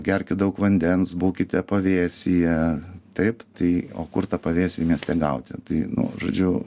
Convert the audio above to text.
gerkit daug vandens būkite pavėsyje taip tai o kur tą pavėsį mieste gauti tai nu žodžiu